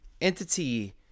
entity